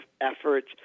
efforts